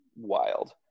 wild